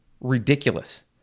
ridiculous